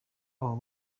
abo